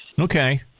Okay